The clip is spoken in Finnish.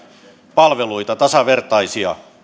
palveluita tasavertaisia